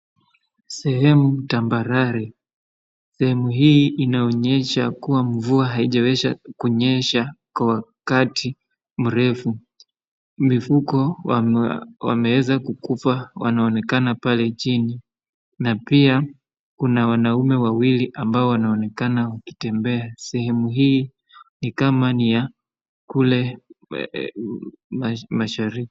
Sehemu tabarari , sehemu hii inayoshe kuwa mvua hijaweza kunyesha kwa wakati mrefu. Mifungo yameweza kukufa inaonekana pale chini ,na pia kuna wanaume wawili wanaonekana wakitembea. Sehemu hii ni kama kule mashariki.